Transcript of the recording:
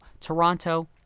Toronto